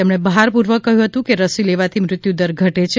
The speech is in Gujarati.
તેમણે ભારપૂર્વક કહ્યું હતું કે રસી લેવાથી મૃત્યુ દર ઘટે છે